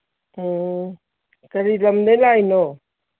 ꯑꯣ ꯀꯔꯤ ꯂꯝꯗꯩ ꯂꯥꯛꯏꯅꯣ